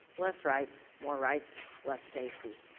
less rights, more rights, less safety.